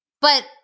But-